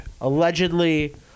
Allegedly